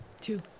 Two